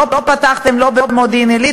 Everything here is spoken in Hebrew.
ולא פתחתם לא במודיעין-עילית,